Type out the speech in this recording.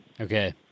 Okay